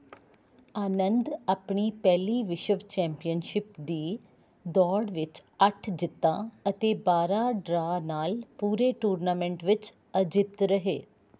ਆਨੰਦ ਆਪਣੀ ਪਹਿਲੀ ਵਿਸ਼ਵ ਚੈਂਪੀਅਨਸ਼ਿਪ ਦੀ ਦੌੜ ਵਿੱਚ ਅੱਠ ਜਿੱਤਾਂ ਅਤੇ ਬਾਰਾਂ ਡਰਾਅ ਨਾਲ ਪੂਰੇ ਟੂਰਨਾਮੈਂਟ ਵਿੱਚ ਅਜਿੱਤ ਰਹੇ